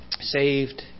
saved